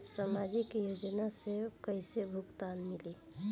सामाजिक योजना से कइसे भुगतान मिली?